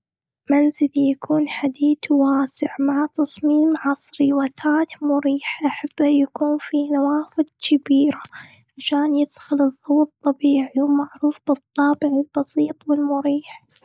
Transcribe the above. منزلي يكون حديد وواسع، مع تصميم عصري وأثاث مريح. أحبه يكون فيه نوافذ كبيرة، عشان يدخل الضوء الطبيعي. ومعروف بالطابع البسيط والمريح.